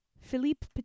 philippe